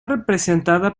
representada